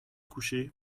coucher